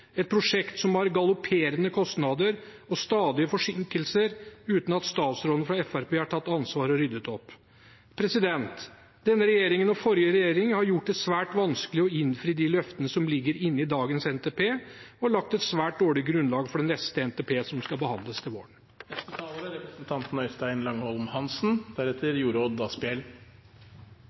et prosjekt som har galopperende kostnader og stadige forsinkelser uten at statsrådene fra Fremskrittspartiet har tatt ansvar og ryddet opp. Denne regjeringen og forrige regjering har gjort det svært vanskelig å innfri de løftene som ligger inne i dagens NTP, og har lagt et svært dårlig grunnlag for den neste NTP-en, som skal behandles til våren.